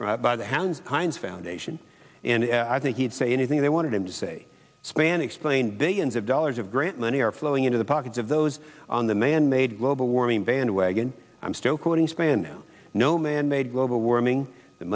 by the hand hines foundation and i think he'd say anything they wanted him to say spann explained billions of dollars of grant money are flowing into the pockets of those on the manmade global warming bandwagon i'm still quoting span no manmade global warming the